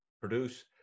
produce